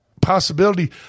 possibility